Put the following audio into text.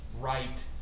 right